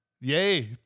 Yay